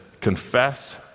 confess